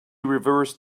reversed